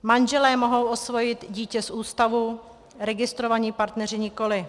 Manželé mohou osvojit dítě z ústavu, registrovaní partneři nikoli.